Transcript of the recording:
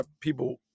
people